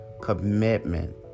Commitment